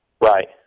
Right